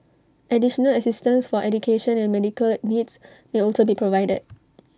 additional assistance for education and medical needs may also be provided